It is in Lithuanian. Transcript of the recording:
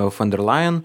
fan der leyen